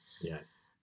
Yes